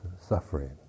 suffering